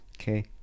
Okay